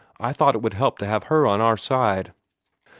i thought it would help to have her on our side.